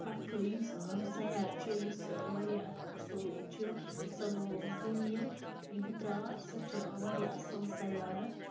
اکھ یُس سیار چھُ یُس واریاہ اصٕل چھُ سُہ گوٚو زٔمیٖن بُترات سۄ چھِ واریاہ اصٕل سَیارٕ